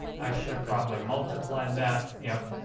i should have probably multiplied that. yep,